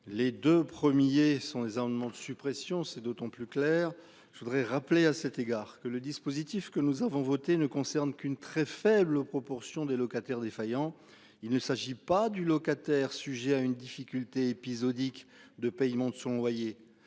Les 2 premiers sont des amendements de suppression. C'est d'autant plus clair. Je voudrais rappeler à cet égard que le dispositif que nous avons voté ne concerne qu'une très faible proportion des locataires défaillants. Il ne s'agit pas du locataire sujet à une difficulté épisodiques de paiement de son loyer